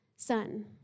Son